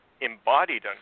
embodied